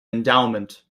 endowment